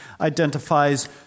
identifies